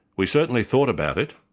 we certainly thought about it,